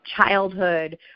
childhood